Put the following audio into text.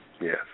Yes